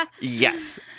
Yes